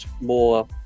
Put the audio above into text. more